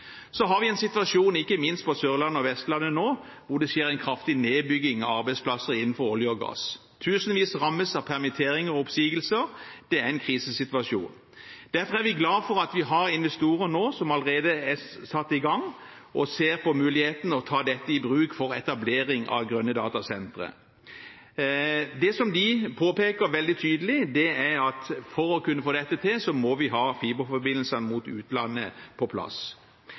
har nå en situasjon, ikke minst på Sørlandet og på Vestlandet, hvor det skjer en kraftig nedbygging av arbeidsplasser innenfor olje og gass. Tusenvis rammes av permitteringer og oppsigelser. Det er en krisesituasjon. Derfor er vi glad for at vi har investorer som allerede har satt i gang, og som ser på muligheten for etablering av grønne datasentre. Det som de påpeker veldig tydelig, er at for å kunne få dette til må vi ha på plass fiberforbindelse mot utlandet.